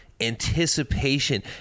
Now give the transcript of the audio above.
anticipation